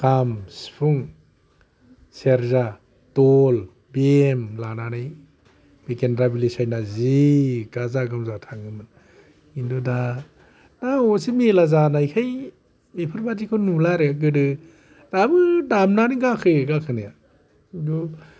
खाम सिफुं सेरजा दल भेम लानानै बे गेन्द्राबिलि साइदना जि गाजा गोमजा थाङोमोन खिन्थु दा अब'से मेला जानायखाय बेफोर बायदिखौ नुला आरो गोदो दाबो दामनानै गाखोयो गाखोनाया खिन्थु